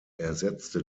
ersetzte